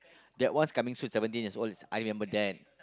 that one's coming soon seventeen years old is I remember that